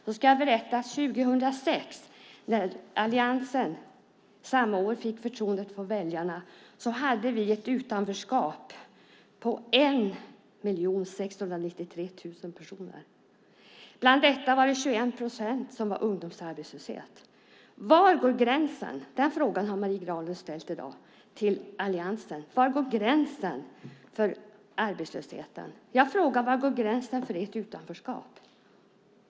Jag ska då berätta att 2006, samma år som alliansen fick förtroendet från väljarna, hade vi ett utanförskap på 1 693 000 personer. Av detta var 21 procent ungdomsarbetslöshet. Var går gränsen? Den frågan har Marie Granlund ställt i dag till alliansen. Var går gränsen för arbetslösheten? Jag frågar: Var går gränsen för ert utanförskap?